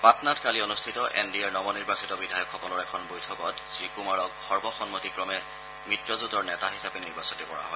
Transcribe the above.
পাটনাত কালি অনুষ্ঠিত এন ডি এৰ নৱনিৰ্বাচিত বিধায়কসকলৰ এখন বৈঠকত শ্ৰীকুমাৰক সৰ্বসন্মতিক্ৰমে মিত্ৰজেঁটৰ নেতা হিচাপে নিৰ্বাচিত কৰা হয়